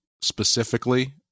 specifically